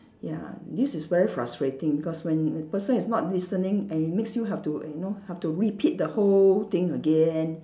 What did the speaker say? ya this is very frustrating because when when person is not listening and it makes you have to you know have to repeat the whole thing again